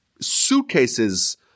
suitcases